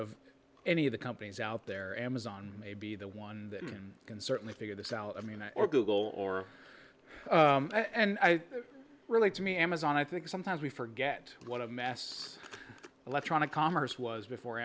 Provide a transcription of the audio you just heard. of any of the companies out there amazon may be the one that can certainly figure this out i mean or google or and really to me amazon i think sometimes we forget what a mass electronic commerce was before